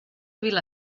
vila